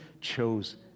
chose